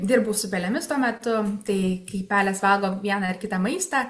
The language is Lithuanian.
dirbau su pelėmis tuo metu tai kai pelės valgo vieną ar kitą maistą